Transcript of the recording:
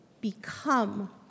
become